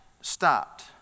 stopped